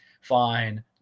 fine